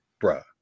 Bruh